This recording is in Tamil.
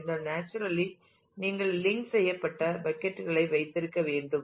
பின்னர் நேச்சுரலி நீங்கள் லிங்க் செய்யப்பட்ட பக்கட் களை வைத்திருக்க வேண்டும்